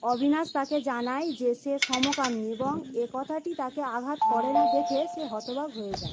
অবিনাশ তাকে জানায় যে সে সমকামী এবং এ কথাটি তাকে আঘাত করে না দেখে সে হতবাক হয়ে যায়